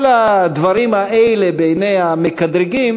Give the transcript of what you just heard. כל הדברים האלה בעיני המקטרגים